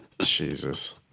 Jesus